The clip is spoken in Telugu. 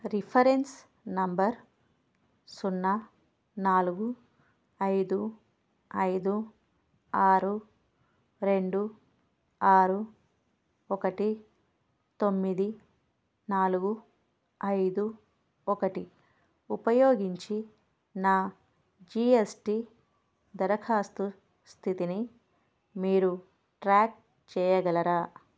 రిఫరెన్స్ నంబర్ సున్నా నాలుగు ఐదు ఐదు ఆరు రెండు ఆరు ఒకటి తొమ్మిది నాలుగు ఐదు ఒకటి ఉపయోగించి నా జీ ఎస్ టీ దరఖాస్తు స్థితిని మీరు ట్రాక్ చేయగలరా